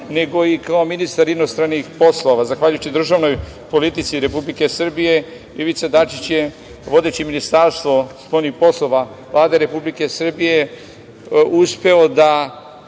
nego i kao ministar inostranih poslova. Zahvaljujući državnoj politici Republike Srbije, Ivica Dačić je vodeći Ministarstvo spoljnih poslova Vlade Republike Srbije uspeo da